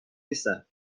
نیستم